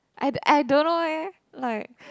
I I don't know leh like